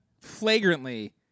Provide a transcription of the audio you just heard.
flagrantly